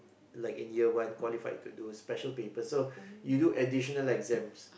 like in year one qualified to do special papers so you do additional exams